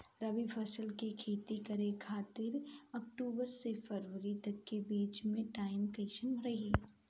रबी फसल के खेती करे खातिर अक्तूबर से फरवरी तक के बीच मे टाइम कैसन रही?